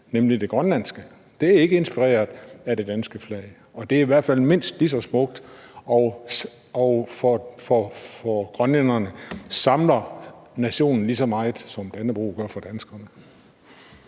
nemlig det grønlandske. Det er ikke inspireret af det danske flag, og det er i hvert fald mindst lige så smukt og samler for grønlænderne i lige så høj grad nationen, som Dannebrog gør for danskerne.